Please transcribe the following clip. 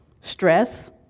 stress